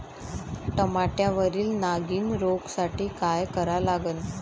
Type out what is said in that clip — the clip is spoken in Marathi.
टमाट्यावरील नागीण रोगसाठी काय करा लागन?